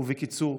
ובקיצור,